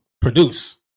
produce